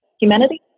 humanity